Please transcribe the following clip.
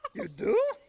you do?